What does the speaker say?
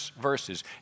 verses